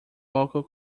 local